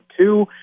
two